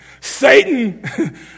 Satan